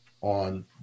on